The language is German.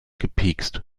gepikst